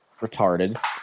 retarded